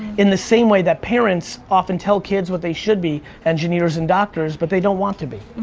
in the same way that parents often tell kids what they should be. engineers and doctors but they don't want to be.